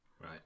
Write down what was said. Right